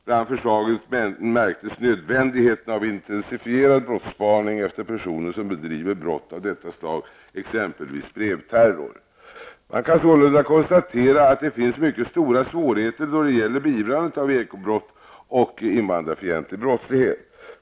Bland förslagen märktes intensifierad brottspaning efter personer som bedriver brott av detta slag, exempelvis brevterror. Man kan sålunda konstatera att det finns mycket stora svårigheter då det gäller beivrandet av ekobrott och invandrarfientlig brottslighet.